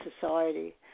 society